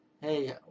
hey